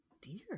dear